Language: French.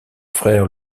frère